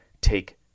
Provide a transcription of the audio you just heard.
take